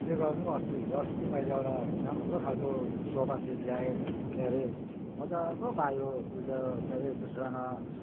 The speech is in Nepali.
के गर्नु अस्ति हिजो अस्ति मैले एउटा राम्रो खालको सोफा सिट ल्याएँ के अरे मज्जाको पायो उ त्यो के अरे त्योसँग